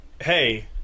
hey